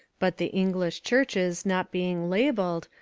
but the english churches not being labelled,